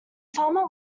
farmer